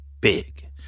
big